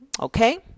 Okay